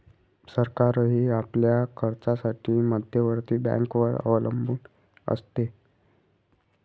सरकारही आपल्या खर्चासाठी मध्यवर्ती बँकेवर अवलंबून असते